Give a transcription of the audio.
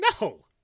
No